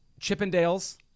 Chippendales